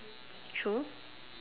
true